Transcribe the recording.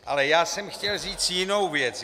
Ale já jsem chtěl říct jinou věc.